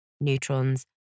neutrons